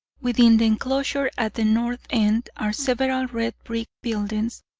within the enclosure, at the north end, are several red brick buildings,